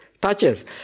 touches